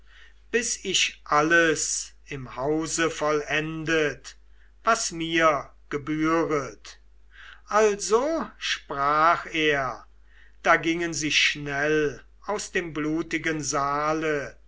bis ich alles im hause vollendet was mir gebühret also sprach er da gingen sie schnell aus dem blutigen saale